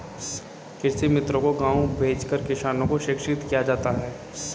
कृषि मित्रों को गाँव गाँव भेजकर किसानों को शिक्षित किया जाता है